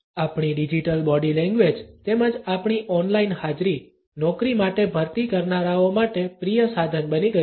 આપણી digital body language તેમજ આપણી ઓનલાઇન હાજરી નોકરી માટે ભરતી કરનારાઓ માટે પ્રિય સાધન બની ગયું છે